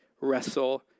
wrestle